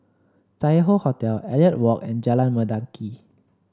Tai Hoe Hotel Elliot Walk and Jalan Mendaki